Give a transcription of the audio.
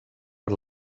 per